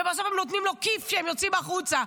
ובסוף הם נותנים לו כיף כשהם יוצאים החוצה.